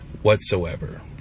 Whatsoever